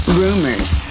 rumors